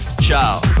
Ciao